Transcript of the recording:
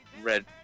red